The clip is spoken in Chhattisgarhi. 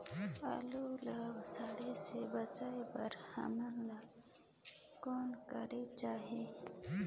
आलू ला सड़े से बचाये बर हमन ला कौन करेके चाही?